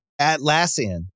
Atlassian